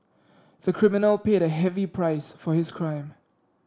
the criminal paid a heavy price for his crime